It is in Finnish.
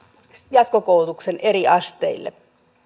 jatkokoulutuksen eri asteille